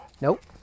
Nope